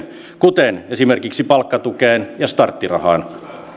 kuten esimerkiksi palkkatukeen ja starttirahaan